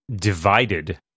divided